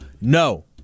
No